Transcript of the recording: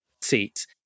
seats